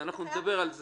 אנחנו נדבר על זה.